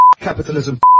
capitalism